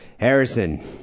Harrison